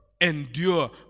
endure